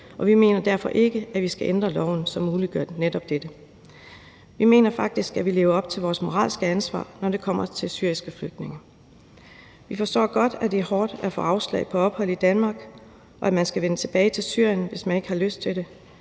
Vi mener derfor ikke, at vi skal ændre loven, som muliggør netop dette. Vi mener faktisk, at vi lever op til vores moralske ansvar, når det kommer til de syriske flygtninge. Vi forstår godt, at det er hårdt at få afslag på ophold i Danmark og at skulle vende tilbage til Syrien, hvis man ikke har lyst til det.